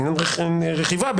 אלא בעצם ל-"רכיבה"?